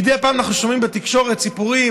מדי פעם אנחנו שומעים בתקשורת סיפורים